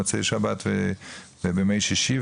מוצאי שבת וימי שישי,